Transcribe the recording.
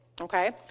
okay